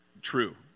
true